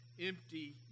empty